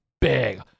big